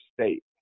state